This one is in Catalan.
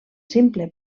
simple